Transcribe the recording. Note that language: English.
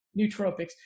nootropics